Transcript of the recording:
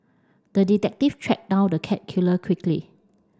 the detective tracked down the cat killer quickly